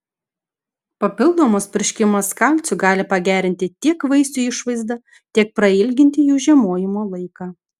papildomas purškimas kalciu gali pagerinti tiek vaisių išvaizdą tiek prailginti jų žiemojimo laiką